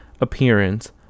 appearance